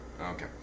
Okay